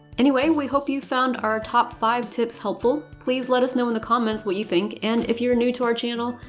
anyway, we hope you've found our top five tips helpful! please let us know in the comments what you think, and if you're new to our channel,